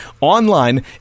online